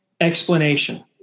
explanation